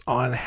on